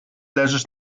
leżysz